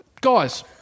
guys